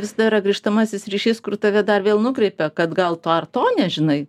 visada yra grįžtamasis ryšys kur tave dar vėl nukreipia kad gal to ar to nežinai